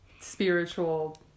spiritual